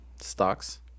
stocks